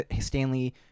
stanley